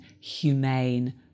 humane